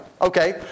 Okay